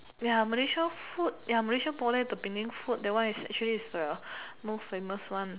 ya Malaysia food ya Malaysia boleh the Penang food that one is actually is a most famous one